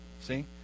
see